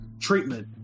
treatment